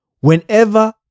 Whenever